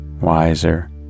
wiser